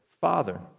Father